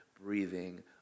Breathing